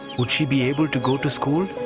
would she be able to go to school?